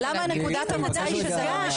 למה נקודת המוצא שזה לא משנה?